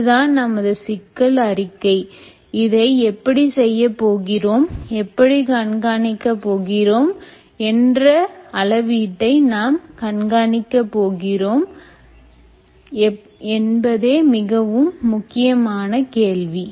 இதுதான் நமது சிக்கல் அறிக்கை இதை எப்படி செய்யப்போகிறோம் எப்படி கண்காணிக்க போகிறோம் என்ற அளவீட்டை நாம் கண்காணிக்க போகிறோம் என்பதே மிகவும் முக்கியமான கேள்வி